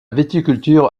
viticulture